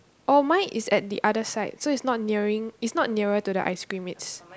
oh mine is at the other side so it's not nearing it's not nearer to the ice cream it's